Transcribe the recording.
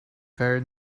very